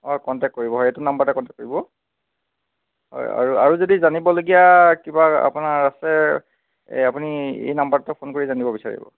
অঁ কণ্টেক্ট কৰিব হয় সেইটো নাম্বাৰতে কণ্টেক্ট কৰিব হয় আৰু আৰু যদি জানিবলগীয়া কিবা আপোনাৰ আছে এই আপুনি এই নাম্বাৰটোতে ফোন কৰি জানিব বিচাৰিব